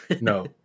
No